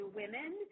women